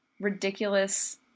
ridiculous